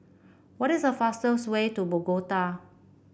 what is the fastest way to Bogota